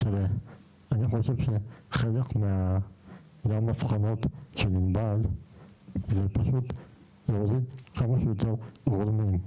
אני חושב שחלק מהמסקנות של ענבל הן פשוט להוריד כמה שיותר גורמים.